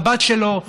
לבת שלו,